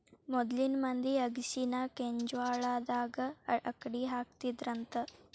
ಮೊದ್ಲಿನ ಮಂದಿ ಅಗಸಿನಾ ಕೆಂಜ್ವಾಳದಾಗ ಅಕ್ಡಿಹಾಕತ್ತಿದ್ರಂತ